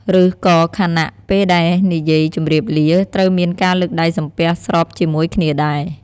ឬក៏ខណៈ ពេលដែលនិយាយជម្រាបលា ត្រូវមានការលើកដៃសំពះស្របជាមួយគ្នាដែរ ។